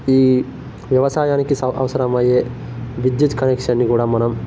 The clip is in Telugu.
ఈ వ్యవసాయానికి సా అవసరమయ్యే ఈ విద్యుత్ కనెక్షన్ని కూడా మనం